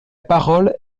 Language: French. parole